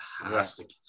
fantastic